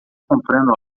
comprando